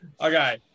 Okay